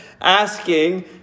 asking